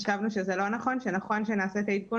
חשבנו שזה לא נכון וכי נכון שנעשה את העדכון